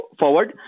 forward